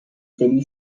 city